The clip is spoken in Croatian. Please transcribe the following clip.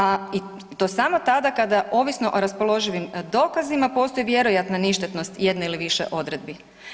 A i to samo tada kada ovisno o raspoloživim dokazima postoji vjerojatna ništetnost jedne ili više odredbi.